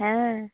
হ্যাঁ